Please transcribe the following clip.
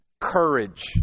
courage